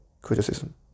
criticism